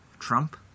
Trump